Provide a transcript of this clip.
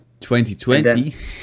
2020